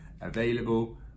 available